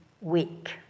week